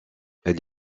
elle